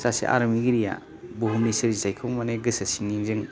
सासे आरिमुगिरिया बुहुमनि सोरजिथाइखौ माने गोसो सिंनिजों